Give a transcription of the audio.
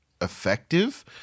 effective